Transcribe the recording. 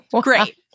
Great